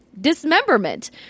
dismemberment